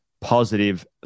positive